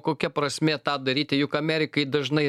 kokia prasmė tą daryti juk amerikai dažnai